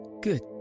good